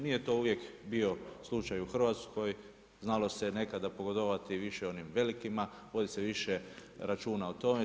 Nije to uvijek bio slučaj u Hrvatskoj, znalo se nekada pogodovati više onim velikima, vodi se računa više o tome.